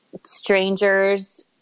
strangers